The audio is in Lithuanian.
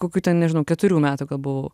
kokių ten nežinau keturių metų buvau